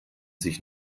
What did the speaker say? sich